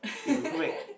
if you could make